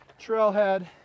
Trailhead